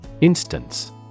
Instance